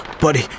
Buddy